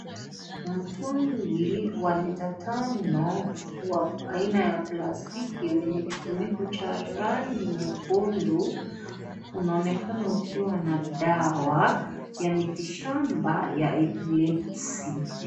Mtungi wa lita tano wa aina ya plastika wenye kifuniko cha rangi nyekundu. Unaonekana ukiwa na dawa ya miti shamba ya epilepsy.